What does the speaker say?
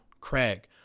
Craig